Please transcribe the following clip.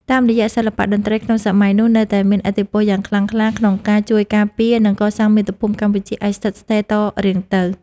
តាមរយៈសិល្បៈតន្ត្រីក្នុងសម័យនោះ នៅតែមានឥទ្ធិពលយ៉ាងខ្លាំងក្លាក្នុងការជួយការពារ និងកសាងមាតុភូមិកម្ពុជាឱ្យស្ថិតស្ថេរតរៀងទៅ។